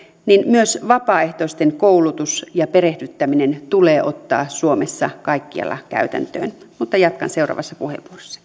niin myös vapaaehtoisten koulutus ja perehdyttäminen tulee ottaa suomessa kaikkialla käytäntöön mutta jatkan seuraavassa puheenvuorossa